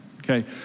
Okay